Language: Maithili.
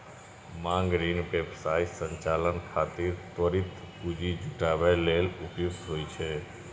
मांग ऋण व्यवसाय संचालन खातिर त्वरित पूंजी जुटाबै लेल उपयुक्त होइ छै